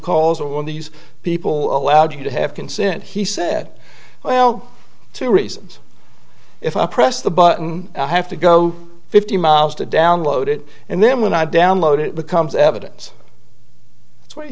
cause or when these people allowed you to have consent he said well two reasons if i press the button i have to go fifty miles to download it and then when i download it becomes evidence t